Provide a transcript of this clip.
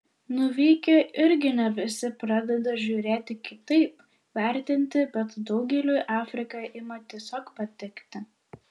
nuvykę irgi ne visi pradeda žiūrėti kitaip vertinti bet daugeliui afrika ima tiesiog patikti